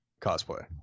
cosplay